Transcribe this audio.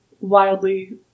wildly